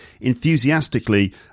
enthusiastically